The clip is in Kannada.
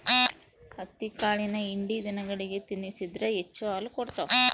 ಹತ್ತಿಕಾಳಿನ ಹಿಂಡಿ ದನಗಳಿಗೆ ತಿನ್ನಿಸಿದ್ರ ಹೆಚ್ಚು ಹಾಲು ಕೊಡ್ತಾವ